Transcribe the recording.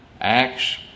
acts